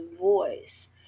voice